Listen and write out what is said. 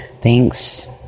Thanks